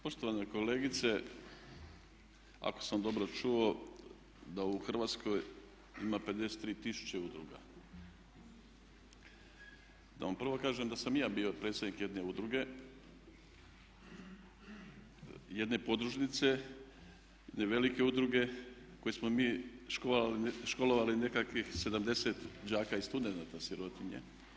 Poštovana kolegice ako sam dobro čuo da u Hrvatskoj ima 53 tisuće udruga, da vam prvo kažem da sam ja i bio predsjednik jedne udruge, jedne podružnice, jedne velike udruge koje smo mi školovali nekakvih 70 đaka i studenata sirotinje.